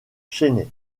chennai